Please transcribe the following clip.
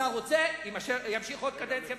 השר רוצה, ימשיך עוד קדנציה.